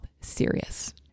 serious